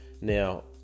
Now